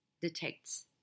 detects